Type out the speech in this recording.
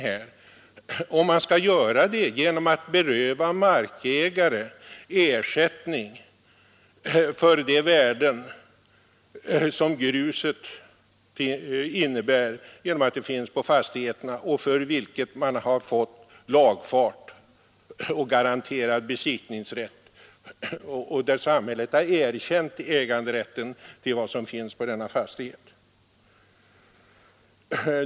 Skall man göra det genom att beröva markägare ersättning för de grusvärden som finns på fastigheten, för vilken man har fått lagfart och garanterad besittningsrätt och där samhället har erkänt äganderätten till det som finns på denna fastighet?